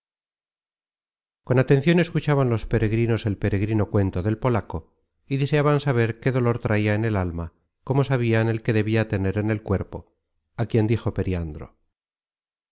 con atencion escuchaban los peregrinos el peregrino cuento del polaco y deseaban saber qué dolor traia en el alma como sabian el que debia tener en el cuerpo a quien dijo periandro